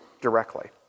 directly